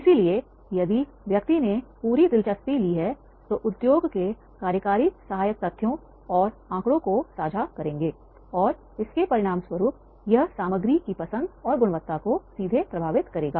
इसलिए यदि व्यक्ति ने पूरी दिलचस्पी ली है तो उद्योग के कार्यकारी सहायक तथ्यों और आंकड़ों को साझा करेंगे और इसके परिणामस्वरूप यह सामग्री की पसंद और गुणवत्ता को सीधे प्रभावित करेगा